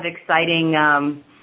exciting